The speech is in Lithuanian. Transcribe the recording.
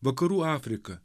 vakarų afriką